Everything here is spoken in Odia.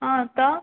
ହଁ ତ